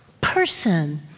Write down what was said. person